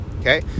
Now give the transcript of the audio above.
Okay